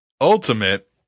Ultimate